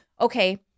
okay